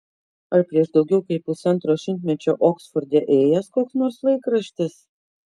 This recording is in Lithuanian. ar prieš daugiau kaip pusantro šimtmečio oksforde ėjęs koks nors laikraštis